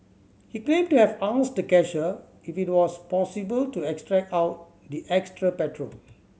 he claimed to have asked the cashier if it was possible to extract out the extra petrol